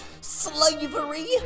slavery